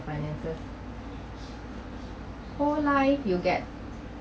financial whole life you get